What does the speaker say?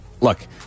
Look